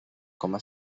coma